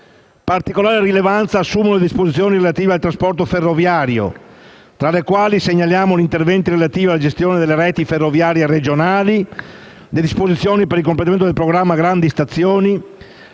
Particolare rilevanza assumono le disposizioni sul trasporto ferroviario, tra le quali si segnalano gli interventi relativi alla gestione delle reti ferroviarie regionali, le disposizioni per il completamento del Programma grandi stazioni;